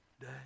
day